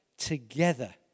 together